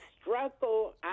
struggle